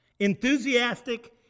Enthusiastic